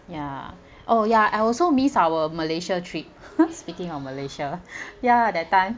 ya oh ya I also miss our malaysia trip speaking of malaysia ya that time